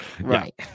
Right